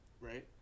right